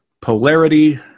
Polarity